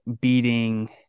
beating